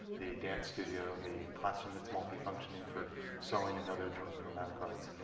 the dance studio, the classroom that's multi-functioning for sewing and other dramatic arts,